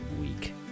week